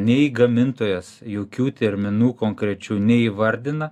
nei gamintojas jokių terminų konkrečių neįvardina